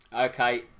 Okay